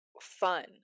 fun